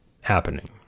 happening